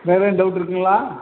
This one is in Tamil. வேறு எதுவும் டவுட் இருக்குதுங்குளா